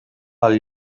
pel